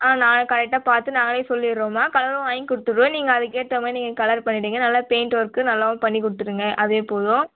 ஆ நாளைக்கு கரெட்டாக பார்த்து நாங்களே சொல்லிவிட்றோம்மா கலரும் வாங்கி கொடுத்துட்றோம் நீங்கள் அதுக்கேற்ற மாதிரி நீங்கள் கலர் பண்ணிவிடுங்க நல்லா பெயிண்ட் ஒர்க்கு நல்லாவும் பண்ணிக்கொடுத்துடுங்க அதே போதும்